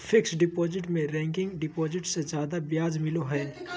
fixed deposit में recurring deposit से जादे ब्याज मिलो हय